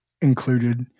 included